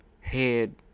Head